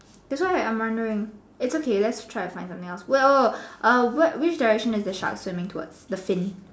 that's why I'm wondering it's okay let's try to find something else wait oh oh uh which direction is the shop sending towards the sing